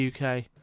UK